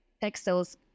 textiles